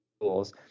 tools